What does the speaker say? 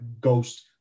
ghost